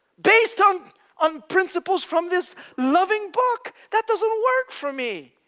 based on on principles from this loving book. that doesn't work for me,